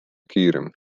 kiirem